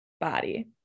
body